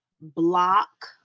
block